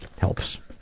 helps.